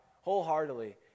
wholeheartedly